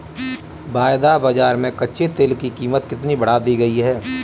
वायदा बाजार में कच्चे तेल की कीमत कितनी बढ़ा दी गई है?